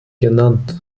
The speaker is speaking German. genannt